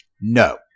No